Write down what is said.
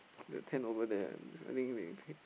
that tent over there ah I think they pay